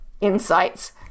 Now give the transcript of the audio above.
insights